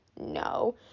no